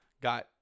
got